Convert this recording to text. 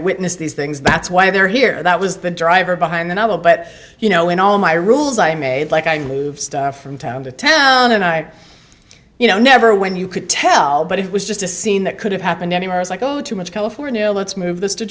witness these things that's why they're here that was the driver behind the novel but you know in all my rules i made like i moved from town to town and i you know never when you could tell but it was just a scene that could have happened anywhere it's like oh too much california let's move t